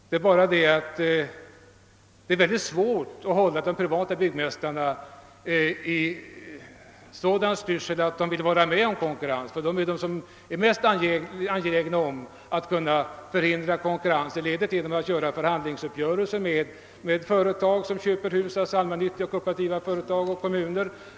Det är bara det att det är mycket svårt att förmå de privata byggmästarna att vara med om konkurrens, ty det är de som är mest angelägna om att förhindra konkurrens i ledet genom att träffa förhandlingsuppgörelser med sådana som kan köpa hus, d.v.s. allmännyttiga och kooperativa företag samt kommuner.